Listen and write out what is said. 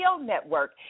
Network